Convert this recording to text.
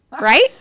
Right